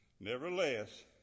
nevertheless